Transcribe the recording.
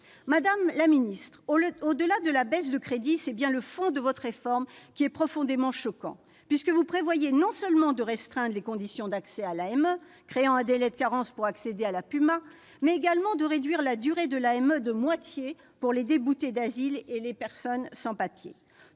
Madame la secrétaire d'État, au-delà de la baisse de crédits, c'est bien le fond de votre réforme qui est profondément choquant, puisque vous prévoyez non seulement de restreindre les conditions d'accès à l'AME, en créant un délai de carence pour accéder à la protection universelle maladie (PUMa), mais également de réduire la durée de l'AME de moitié pour les déboutés d'asile et les personnes sans-papiers.